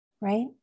right